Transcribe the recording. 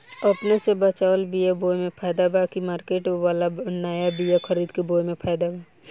अपने से बचवाल बीया बोये मे फायदा बा की मार्केट वाला नया बीया खरीद के बोये मे फायदा बा?